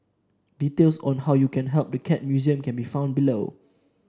details on how you can help the Cat Museum can be found below